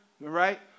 Right